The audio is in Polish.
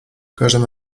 każdym